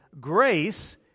grace